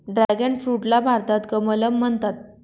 dragon फ्रूटला भारतात कमलम म्हणतात